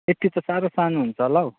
eighty त साह्रो सानो हुन्छ होला हौ